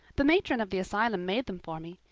the matron of the asylum made them for me.